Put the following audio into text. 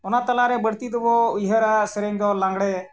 ᱚᱱᱟ ᱛᱟᱞᱟᱨᱮ ᱵᱟᱹᱲᱛᱤ ᱫᱚᱵᱚᱱ ᱩᱭᱦᱟᱹᱨᱟ ᱥᱮᱨᱮᱧ ᱫᱚ ᱞᱟᱜᱽᱬᱮ